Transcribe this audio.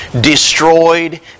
Destroyed